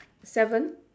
seven